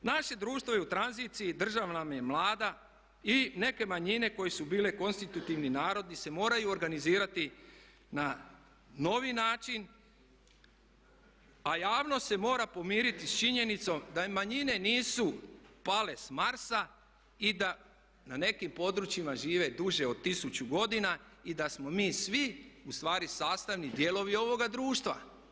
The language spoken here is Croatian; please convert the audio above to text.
Naše društvo je u tranziciji, država nam je mlada i neke manjine koje su bile konstitutivni narodi se moraju organizirati na novi način, a javnost se mora pomiriti sa činjenicom da manjine nisu pale s Marsa i da na nekim područjima žive duže od 1000 godina i da smo mi svi u stvari sastavni dijelovi ovoga društva.